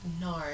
no